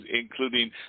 including